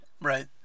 Right